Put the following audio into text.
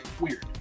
Weird